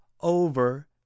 over